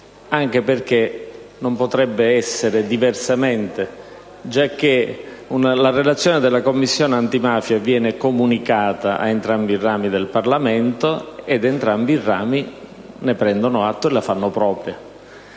anche perché non potrebbe essere diversamente, giacché le relazioni della Commissione antimafia vengono comunicate a entrambi i rami del Parlamento, ed entrambi i rami ne prendono atto e la fanno propria.